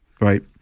Right